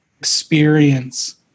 experience